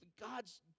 God's